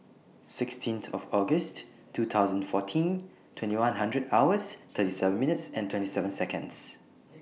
sixteen of August two thousand and fourteen twenty one hundred hours thirty seven minutes twenty seven Seconds